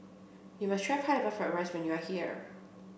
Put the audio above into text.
you must try pineapple fried rice when you are here